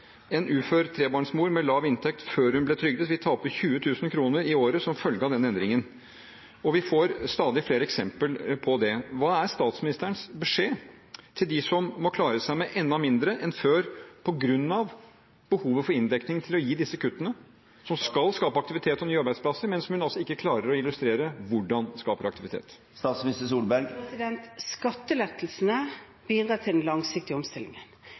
En ufør trebarnsmor med lav inntekt før hun ble trygdet, vil tape 20 000 kr i året som følge av denne endringen. Vi får stadig flere eksempler på dette. Hva er statsministerens beskjed til dem som må klare seg med enda mindre enn før på grunn av behovet for inndekning til å gi disse kuttene som skal skape aktivitet og nye arbeidsplasser, men som hun altså ikke klarer å illustrere hvordan skaper aktivitet? Skattelettelsene bidrar til den langsiktige omstillingen.